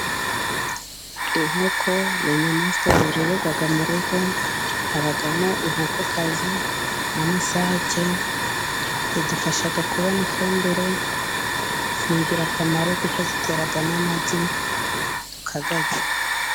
Inkoko n'inyamanswa zororerwa mu rugo, habamo inkoko kazi n'amasake, zidufasha kubona ifumbire, n'ingirakamaro kuko zitera n'amagi tukarya.